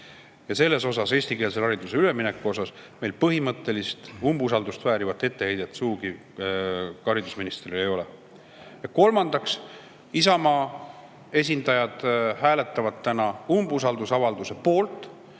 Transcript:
informeerima. Eestikeelsele haridusele ülemineku osas meil põhimõttelist umbusaldust väärivat etteheidet haridusministrile ei ole. Ja kolmandaks, Isamaa esindajad hääletavad täna umbusaldusavalduse poolt,